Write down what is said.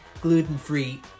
gluten-free